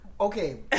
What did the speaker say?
Okay